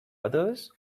others